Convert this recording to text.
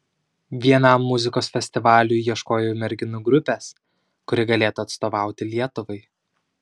vienam muzikos festivaliui ieškojau merginų grupės kuri galėtų atstovauti lietuvai